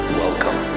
welcome